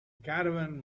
caravan